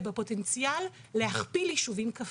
ובפוטנציאל להכפיל יישובים כפריים.